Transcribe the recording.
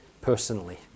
personally